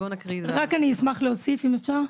אני רק אשמח להוסיף משהו, אם אפשר.